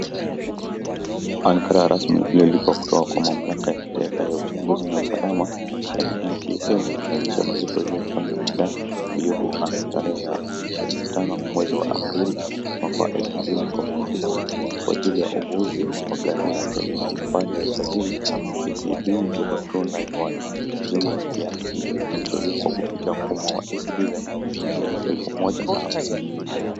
Ankara rasmi ililipwa kwa mamlaka ya kitaifa ya uchunguzi na usalama yaani NTSA inayoonyesha malipo yaliyofanywa na Dan Oyugu tarehe 25 mwezi wa Aprili mwaka wa 2019 kwa ajili ya uguuzi wa gari lake lenye nambari ya usajili KCB 029Y. Jumla ya kiasi kilicholipwa kupitia mfumo wa eCitizen ni shilingi 1050.